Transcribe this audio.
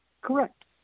Correct